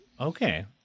Okay